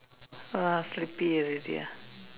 !wah! sleepy already ah